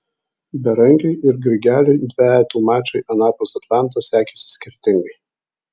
berankiui ir grigeliui dvejetų mačai anapus atlanto sekėsi skirtingai